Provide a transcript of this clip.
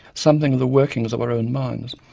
something of the workings of our own minds,